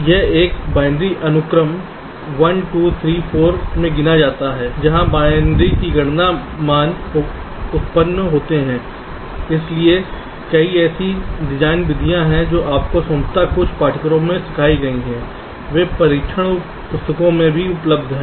यह एक बाइनरी अनुक्रम 1 2 3 4 में गिना जाता है जहां बाइनरी में गणना मान उत्पन्न होते हैं इसलिए कई ऐसी डिज़ाइन विधियां हैं जो आपको संभवतः कुछ पाठ्यक्रमों में सिखाई गई हैं वे परीक्षण पुस्तकों में उपलब्ध हैं